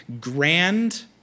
grand